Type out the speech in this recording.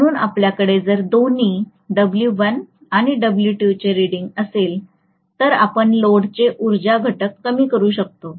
म्हणून आपल्याकडे जर दोन्ही व१ आणि W2 चे रिडींग असेल तर आपण लोडचे उर्जा घटक कमी करू शकतो